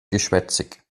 geschwätzig